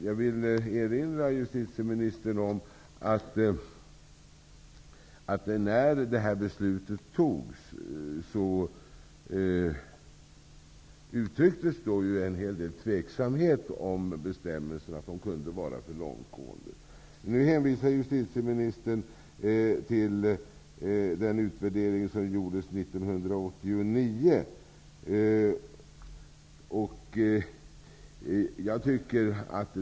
Jag vill erinra justitieministern om att när detta beslut fattades uttrycktes en hel del tvivel om huruvida bestämmelserna kunde vara för långtgående. Justitieministern hänvisar nu till den utredning som gjordes 1989.